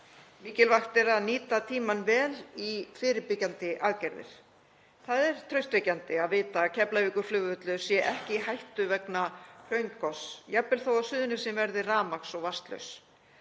Mikilvægt er að nýta tímann vel í fyrirbyggjandi aðgerðir. Það er traustvekjandi að vita að Keflavíkurflugvöllur sé ekki í hættu vegna hraungoss, jafnvel þó að Suðurnesin verði rafmagns- og vatnslaus.